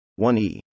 1E